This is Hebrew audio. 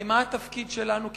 הרי מה התפקיד שלנו כמדינה?